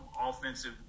offensive